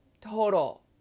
total